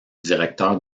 directeur